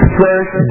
first